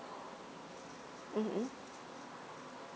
mm